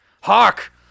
Hark